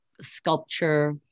sculpture